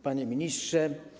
Panie Ministrze!